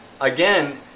again